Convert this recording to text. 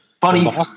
funny